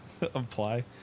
apply